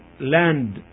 land